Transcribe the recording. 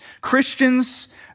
Christians